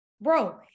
Bro